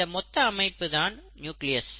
இந்த மொத்த அமைப்பு தான் நியூக்ளியஸ்